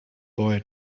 boy